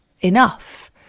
enough